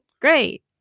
great